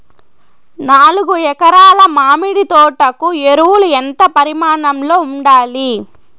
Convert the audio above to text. నాలుగు ఎకరా ల మామిడి తోట కు ఎరువులు ఎంత పరిమాణం లో ఉండాలి?